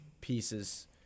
pieces